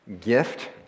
gift